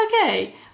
okay